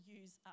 use